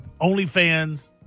OnlyFans